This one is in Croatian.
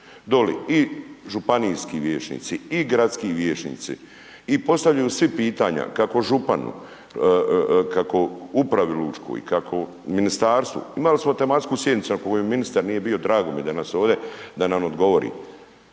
doli, i županijski vijećnici i gradski vijećnici i postavljaju svi pitanja kako županu, kako upravi lučkoj, kako ministarstvu, imali smo tematsku sjednicu na kojoj ministar nije bio, drago mi je da je danas ovdje, da nam odgovori